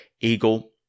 Eagle